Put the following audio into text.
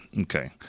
okay